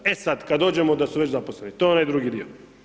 E sad kad dođemo da su već zaposleni, to je onaj drugi dio.